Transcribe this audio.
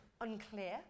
unclear